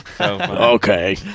Okay